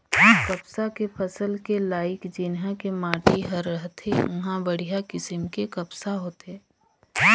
कपसा के फसल के लाइक जिन्हा के माटी हर रथे उंहा बड़िहा किसम के कपसा होथे